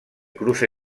cruce